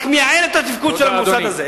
זה רק מייעל את התפקוד של העניין הזה.